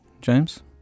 James